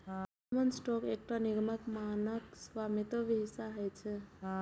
common stock एकटा निगमक मानक स्वामित्व हिस्सा होइ छै